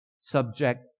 subject